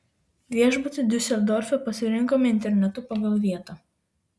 viešbutį diuseldorfe pasirinkome internetu pagal vietą